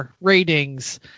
ratings